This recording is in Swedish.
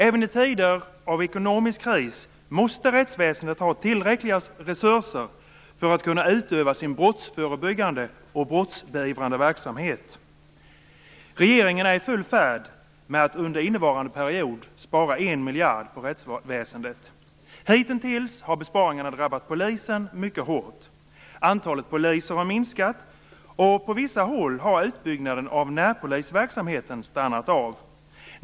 Även i tider av ekonomisk kris måste rättsväsendet ha tillräckliga resurser för att kunna utöva sin brottsförebyggande och brottsbeivrande verksamhet. Regeringen är i full färd med att under innevarande period spara 1 miljard på rättsväsendet. Hitintills har besparingarna drabbat polisen mycket hårt. Antalet poliser har minskat, och på vissa håll har utbyggnaden av närpolisverksamheten stannat av.